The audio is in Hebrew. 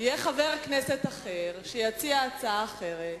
יהיה חבר כנסת אחר שיציע הצעה אחרת,